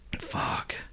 fuck